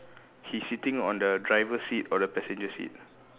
he sitting on the driver seat or the passenger seat